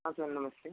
हाँ सर नमस्ते